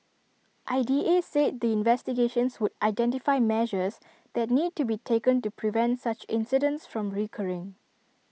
I D A said the investigations would identify measures that need to be taken to prevent such incidents from recurring